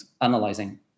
analyzing